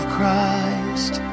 Christ